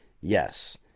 Yes